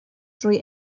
drwy